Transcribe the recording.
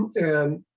and